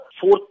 fourth